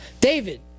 David